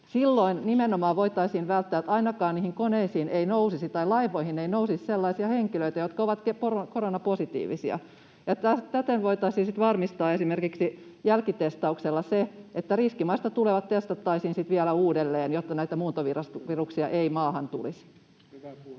Silloin nimenomaan voitaisiin varmistaa, että ainakaan niihin koneisiin ei nousisi tai laivoihin ei nousisi sellaisia henkilöitä, jotka ovat koronapositiivisia, ja täten voitaisiin sitten varmistaa esimerkiksi jälkitestauksella se, että riskimaista tulevat testattaisiin vielä uudelleen, jotta näitä muuntoviruksia ei maahan tulisi.